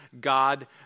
God